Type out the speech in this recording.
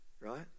right